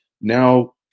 Now